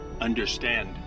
understand